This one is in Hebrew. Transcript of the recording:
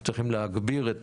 אנחנו צריכים להגביר את